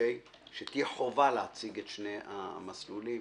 שתהיה חובה להציג את שני המסלולים,